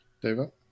David